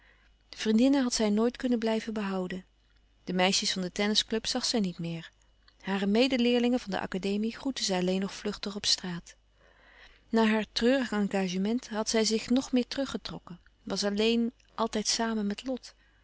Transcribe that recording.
vriendinnen had zij nooit kunnen blijven behouden de meisjes van de tennisclub zag zij niet meer hare medeleerlingen van de akademie groette zij alleen nog vluchtig op straat na haar treurig engagement had zij zich nog meer teruggetrokken was alleen altijd samen met lot